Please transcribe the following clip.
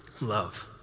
love